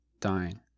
dying